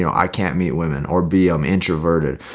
you know i can't meet women or be i'm introverted.